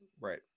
Right